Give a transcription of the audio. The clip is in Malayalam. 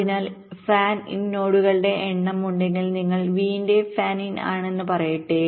അതിനാൽ ഫാൻ ഇൻ നോഡുകളുടെ എണ്ണം ഉണ്ടെങ്കിൽ നിങ്ങൾ v ന്റെ ഫാൻ ഇൻ ആണെന്ന് പറയട്ടെ